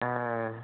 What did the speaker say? ആ